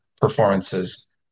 performances